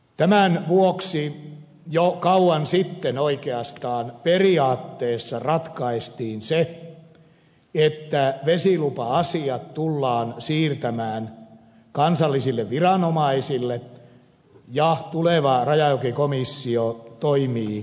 tämän vuoksi jo kauan sitten oikeastaan periaatteessa ratkaistiin se että vesilupa asiat tullaan siirtämään kansallisille viranomaisille ja tuleva rajajokikomissio toimii lausunnonantoviranomaisena